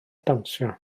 dawnsio